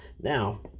Now